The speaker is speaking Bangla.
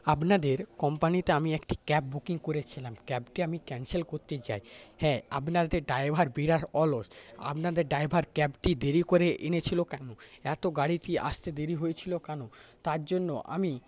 আপনাদের কোম্পানিতে আমি একটি ক্যাব বুকিং করেছিলাম ক্যাবটি আমি ক্যান্সেল করতে চাই হ্যাঁ আপনাদের ড্রাইভার বিরাট অলস আপনাদের ড্রাইভার ক্যাবটি দেরি করে এনেছিলো কেন এতো গাড়িটি আসতে দেরি হয়েছিলো কেন তার জন্য আমি